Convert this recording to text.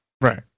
right